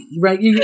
Right